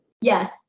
Yes